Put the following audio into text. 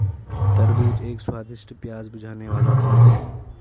तरबूज एक स्वादिष्ट, प्यास बुझाने वाला फल है